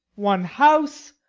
one house,